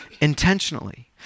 intentionally